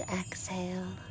exhale